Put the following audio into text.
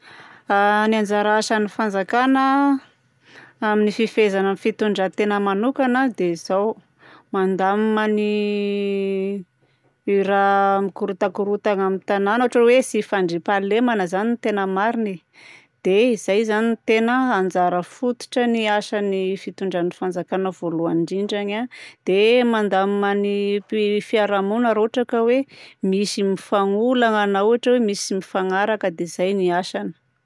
Ny anjara asan'ny fanjakagna amin'ny fifehezana ny fitondran-tena manokagna dia izao: mandamina ny raha mikorotakorontana amin'ny tanagna ohatra hoe tsy fandriampahalemana zany ny tena marigna e. Dia izay zany no tena anjara fototran'ny asan'ny fitondrana fanjakagna voalohany indrindrany a. Dia mandamina ny fiarahamonigna raha ohatra ka hoe misy mifanolagna na ohatra hoe misy tsy mifagnaraka dia zay no asany.